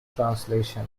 translation